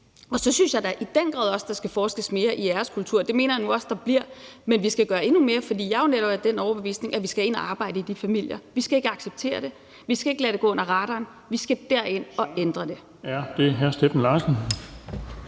Og så synes jeg da i den grad også, at der skal forskes mere i æreskultur. Jeg mener nu også, at der bliver forsket i det, men vi skal gøre endnu mere, for jeg er netop af den overbevisning, at vi skal ind at arbejde i de familier. Vi skal ikke acceptere det, vi skal ikke lade det gå under radaren, vi skal derind og ændre det.